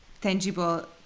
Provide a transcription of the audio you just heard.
tangible